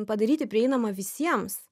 padaryti prieinamą visiems